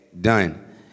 done